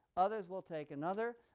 others will take another,